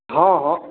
हँ हँ